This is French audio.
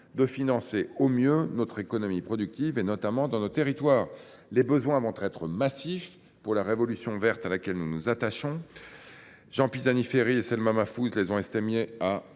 de financer au mieux l’économie productive, notamment dans nos territoires. Les besoins seront massifs, en raison de la révolution verte à laquelle nous sommes attachés. Jean Pisani Ferry et Selma Mahfouz les ont estimés à